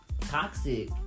toxic